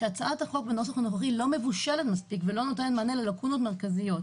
שהצעת החוק לא "מבושלת" מספיק ולא נותנת מענה ללקונות מרכזיות.